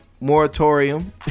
moratorium